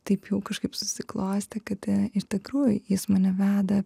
taip jau kažkaip susiklostė kad iš tikrųjų jis mane veda